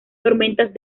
tormentas